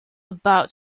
about